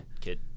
kid